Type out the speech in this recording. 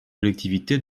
collectivités